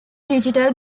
digital